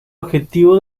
objetivo